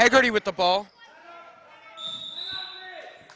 haggerty with the ball